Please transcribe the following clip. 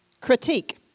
Critique